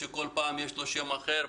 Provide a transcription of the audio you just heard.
שכל פעם יש לו שם אחר,